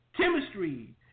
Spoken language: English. chemistry